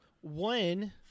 one